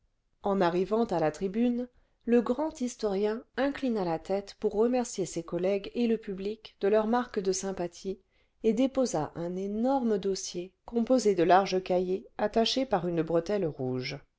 en arrivant à la tribune le grand historien inclina la tête pour remercier ses collègues et le public de leurs marques de sympathie et déposa un énorme dossier composé de larges cahiers attachés par une bretelle rouge